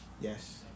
Yes